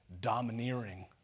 domineering